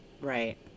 Right